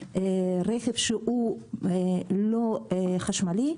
בהם לא יוכל לעמוד רכב שהוא לא רכב חשמלי.